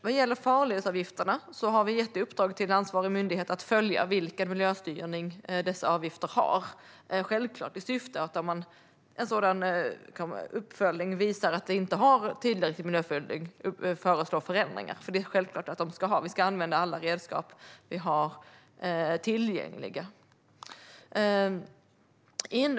Vad gäller farledsavgifterna har vi gett i uppdrag till ansvarig myndighet att följa vilken miljöstyrning dessa avgifter har. Om en sådan uppföljning visar att de inte har tillräcklig miljöstyrning ska man givetvis föreslå förändringar, för det är självklart att de ska ha det. Vi ska använda alla redskap vi har tillgängliga.